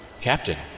Captain